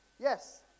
Yes